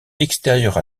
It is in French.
extérieur